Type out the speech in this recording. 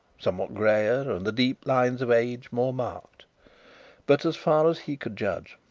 somewhat grayer, and the deep lines of age more marked but, as far as he could judge,